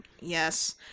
yes